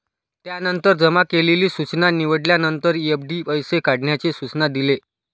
त्यानंतर जमा केलेली सूचना निवडल्यानंतर, एफ.डी पैसे काढण्याचे सूचना दिले